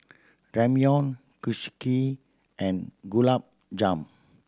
Ramyeon Kushiyaki and Gulab Jamun